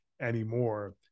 anymore